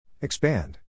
Expand